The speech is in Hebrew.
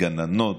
גננות,